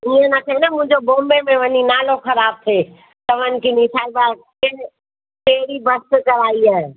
ईअं न थिए न मुंहिंजो बॉम्बे में वञी नालो ख़राब थिए चवन की नी छा आ ब केड़ कहिड़ी बस कराई हई